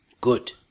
Good